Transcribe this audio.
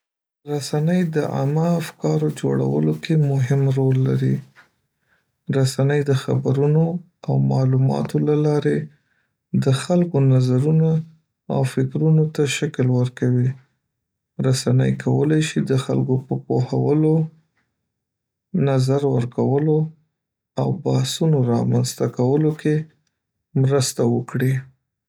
رسنۍ د عامه افکارو جوړولو کې مهم رول لري. رسنۍ د خبرونو او معلوماتو له لارې د خلکو نظرونو او فکرونو ته شکل ورکوي. رسنۍ کولی شي د خلکو په پوهولو، نظر ورکولو او بحثونو رامنځته کولو کې مرسته وکړي.